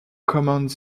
command